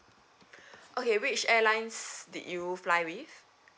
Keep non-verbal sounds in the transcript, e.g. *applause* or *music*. *breath* okay which airlines did you fly with